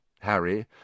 Harry